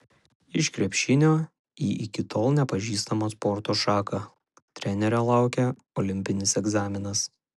iš krepšinio į iki tol nepažįstamą sporto šaką trenerio laukia olimpinis egzaminas